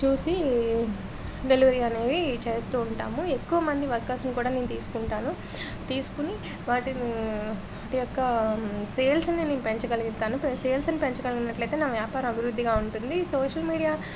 చూసి డెలివరీ అనేది చేస్తూ ఉంటాము ఎక్కువ మంది వర్కర్స్ని కూడా నేను తీసుకుంటాను తీసుకుని వాటి వాటి యొక్క సేల్స్ని నేను పెంచగలుగుతాను సేల్స్ని పెంచగలిగినట్లయితే నా వ్యాపారం అభివృద్ధిగా ఉంటుంది ఈ సోషల్ మీడియా